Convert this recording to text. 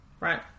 right